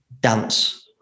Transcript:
dance